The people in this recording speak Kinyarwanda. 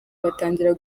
batangira